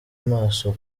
amaso